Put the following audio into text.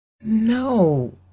No